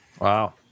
Wow